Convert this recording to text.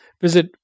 visit